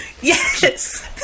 Yes